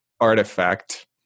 artifact